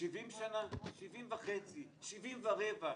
שבעים שנה, שבעים וחצי, שבעים ושליש.